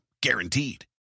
Guaranteed